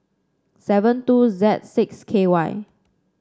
seven two Z six K Y